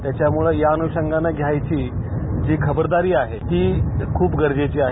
त्याच्यामुळे या अनुशंगानं घ्यायची जी खबरदारी आहे ती खूप गरजेची आहे